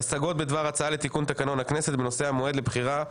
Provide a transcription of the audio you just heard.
השגות בדבר הצעה לתיקון תקנון הכנסת בדבר המועד לבחירת